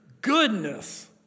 goodness